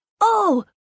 Oh